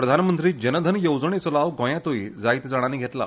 प्रधानमंत्री जनधन येवजणेचो लाव गोयातूय जायत्या जाणांनी घेतला